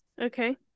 okay